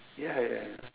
ya ya